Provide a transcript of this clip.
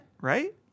right